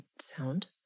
sound